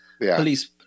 police